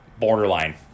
borderline